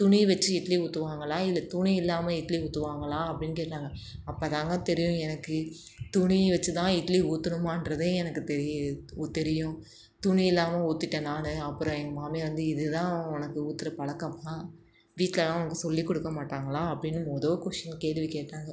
துணி வச்சு இட்லி ஊற்றுவாங்களா இல்லை துணி இல்லாமல் இட்லி ஊற்றுவாங்களா அப்படினு கேட்குறாங்க அப்போ தாங்க தெரியும் எனக்கு துணி வச்சு தான் இட்லி ஊற்றணுமான்றதே எனக்கு தெ உ தெரியும் துணி இல்லாமல் ஊற்றிட்டேன் நான் அப்புறம் எங்கள் மாமியார் வந்து இது தான் உனக்கு ஊற்றுற பழக்கமா வீட்டிலல்லாம் உனக்கு சொல்லிக் குடுக்க மாட்டாங்களா அப்படினு மொத கொஷின் கேள்வி கேட்டாங்க